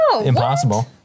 impossible